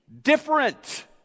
Different